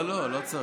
לא, לא צריך.